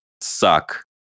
suck